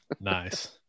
Nice